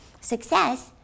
Success